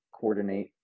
coordinate